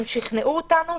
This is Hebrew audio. הן שכנעו אותנו,